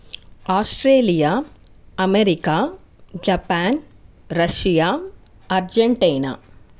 Australia America Japan Russia Argentina